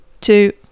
two